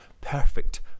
perfect